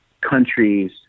countries